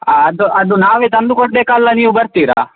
ಅದು ಅದು ನಾವೇ ತಂದು ಕೊಡಬೇಕಾ ಅಲ್ಲಾ ನೀವು ಬರ್ತೀರಾ